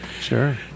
sure